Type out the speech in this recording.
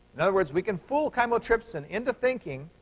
in other words, we can fool chymotrypsin into thinking